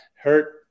hurt